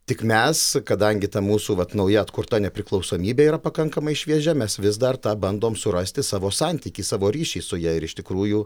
tik mes kadangi ta mūsų vat nauja atkurta nepriklausomybė yra pakankamai šviežia mes vis dar tą bandom surasti savo santykį savo ryšį su ja ir iš tikrųjų